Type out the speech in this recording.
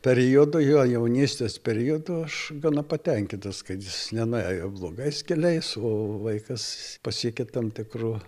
periodu jo jaunystės periodu aš gana patenkintas kad jis nenuėjo blogais keliais o vaikas pasiekė tam tikrų